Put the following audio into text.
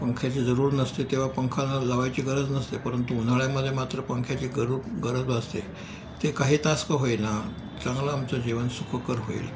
पंख्याची जरूर नसते तेव्हा पंखा न लावायची गरज नसते परंतु उन्हाळ्यामध्ये मात्र पंख्याची गरू गरज भासते ते काही तास का होईना चांगलं आमचं जीवन सुखकर होईल